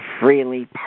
freely